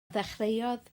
ddechreuodd